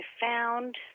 found